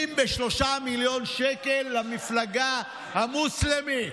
53 מיליארד שקל למפלגה המוסלמית.